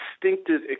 distinctive